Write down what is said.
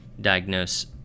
diagnose